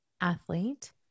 athlete